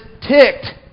ticked